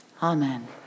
Amen